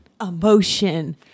Emotion